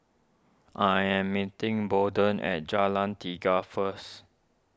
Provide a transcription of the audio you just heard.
I am meeting Bolden at Jalan Tiga first